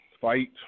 fight